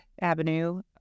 Avenue